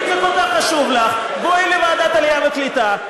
אם זה כל כך חשוב לך, בואי לוועדת עלייה וקליטה.